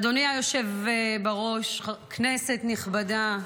אדוני היושב-ראש, כנסת נכבדה,